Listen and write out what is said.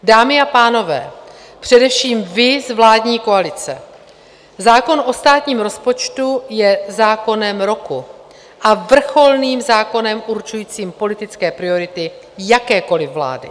Dámy a pánové, především vy z vládní koalice, zákon o státním rozpočtu je zákonem roku a vrcholným zákonem určujícím politické priority jakékoliv vlády.